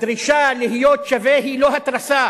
הדרישה להיות שווה היא לא התרסה,